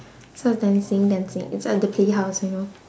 so I was dancing dancing inside the play house you know